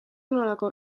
nolako